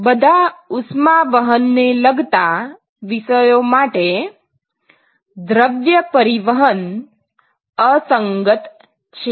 બધા ઉષ્માવહન ને લગતા વિષયો માટે દ્રવ્ય પરિવહન અસંગત છે